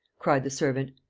cried the servant.